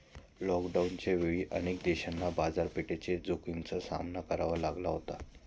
लॉकडाऊनच्या वेळी अनेक देशांना बाजारपेठेच्या जोखमीचा सामना करावा लागला होता